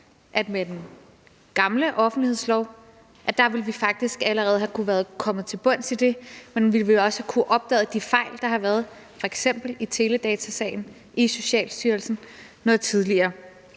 med den gamle offentlighedslov allerede ville kunne være kommet til bunds i det, og at man også ville have kunnet opdage de fejl, der har været i f.eks. teledatasagen og i Socialstyrelsen, noget tidligere.